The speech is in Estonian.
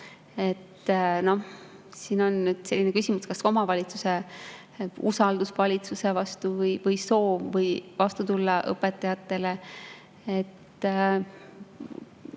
Siin on nüüd küsimus, kas omavalitsuse usaldus valitsuse vastu või soov vastu tulla õpetajatele.